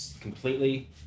completely